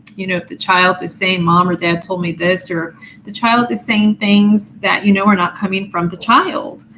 you know if the child is saying mom or dad told me this or the child is saying things that you know are not coming from the child.